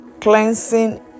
cleansing